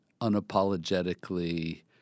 unapologetically